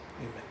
amen